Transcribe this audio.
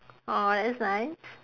!aww! that's nice